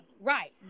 Right